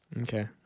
Okay